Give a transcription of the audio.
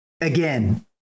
again